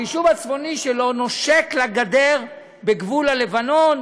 היישוב הצפוני שלו נושק לגדר בגבול הלבנון,